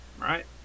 Right